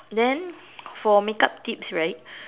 then for makeup tips right